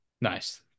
Nice